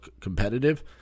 competitive